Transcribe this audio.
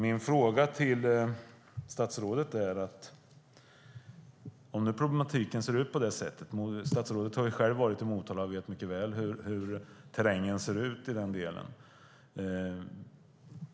Min fråga till statsrådet är följande. Statsrådet har själv varit i Motala och vet mycket väl hur terrängen där ser ut.